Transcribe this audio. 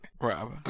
Rob